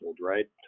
right